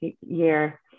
year